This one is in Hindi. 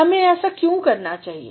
हमें ऐसा क्यों करना चाहिए